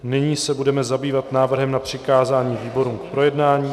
Nyní se budeme zabývat návrhem na přikázání výborům k projednání.